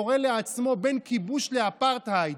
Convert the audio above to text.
קורא לעצמו "בין כיבוש לאפרטהייד".